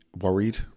worried